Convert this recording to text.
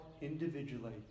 individually